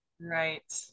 Right